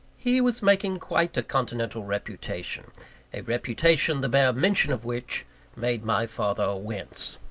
he was making quite a continental reputation a reputation, the bare mention of which made my father wince.